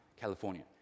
California